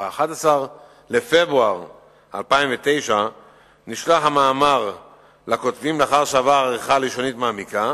ב-11 בפברואר 2009 נשלח המאמר לכותבים לאחר שעבר עריכה לשונית מעמיקה,